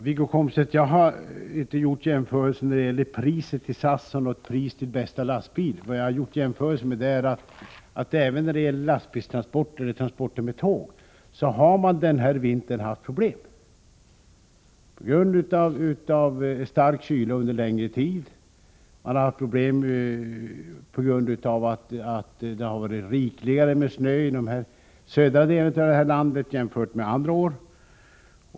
Herr talman! Jag har inte, Wiggo Komstedt, jämfört priset till SAS med något pris för bästa lastbil. Vad jag sagt är att även när det gäller lastbilstransporter eller transporter med tåg har man denna vinter haft problem på grund av stark kyla under längre tid. Man har haft problem på grund av att det varit rikligare med snö i de södra delarna av landet jämfört med andra år.